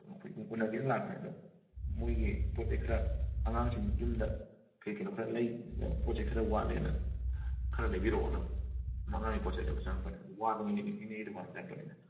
ꯎꯅꯒꯦꯅ ꯂꯥꯛꯄꯅꯦ ꯑꯗꯣ ꯃꯣꯏꯒꯤ ꯄꯣꯠꯆꯩ ꯈꯔ ꯑꯉꯥꯡꯁꯤꯡꯒꯤ ꯌꯨꯝꯗ ꯀꯩ ꯀꯩꯅꯣ ꯈꯔ ꯂꯩ ꯄꯣꯠꯆꯩ ꯈꯔ ꯋꯥꯠꯂꯦꯅ ꯈꯔ ꯂꯩꯕꯣꯔꯛꯑꯣꯅ ꯑꯉꯥꯡꯒꯤ ꯄꯣꯠꯆꯩ ꯂꯩꯕ ꯆꯪꯉꯛꯄꯅꯦ ꯋꯥꯗꯅ ꯏꯅꯦ ꯏꯅꯦꯒꯤ ꯗꯨꯀꯥꯟꯗ ꯆꯪꯉꯛꯄꯅꯤꯗ